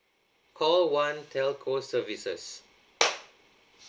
call one telco services